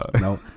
no